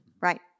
right